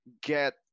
get